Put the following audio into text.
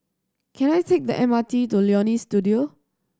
can I take the M R T to Leonie Studio